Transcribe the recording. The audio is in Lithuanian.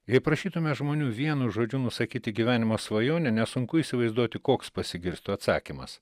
jei prašytume žmonių vienu žodžiu nusakyti gyvenimo svajonę nesunku įsivaizduoti koks pasigirstų atsakymas